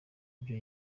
ibyo